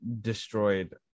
destroyed